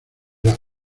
las